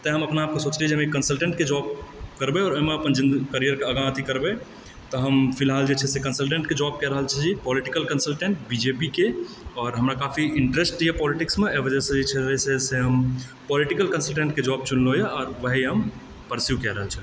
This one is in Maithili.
तैं हम अपना आपके सोचलीय जे हम एक कंसलटेंट के जाॅब करबै आ एहिमे अपन ज़िंदगी कैरियर के आगाँ अथी करबै तऽ हम फ़िलहाल जे छै से कंसलटेंट के जाॅब कए रहल छी political consultant B J P के आओर हमरा काफ़ी इंटेरेस्ट यऽ पोलिटिक्स मे अइ वजह जे छै से हम पोलिटिकल कंसलटेंट के जाॅब चुनलहुॅं यऽ आओर वही हम परस्यु कै रहल छी